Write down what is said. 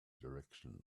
direction